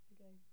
Okay